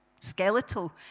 skeletal